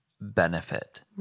benefit